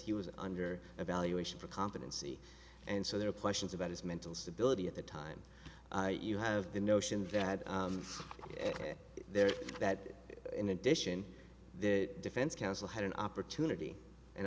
he was under evaluation for competency and so they were pleasant about his mental stability at the time you have the notion that there is that in addition the defense counsel had an opportunity an